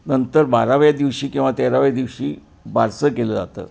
नंतर बाराव्या दिवशी किंवा तेराव्या दिवशी बारसं केलं जातं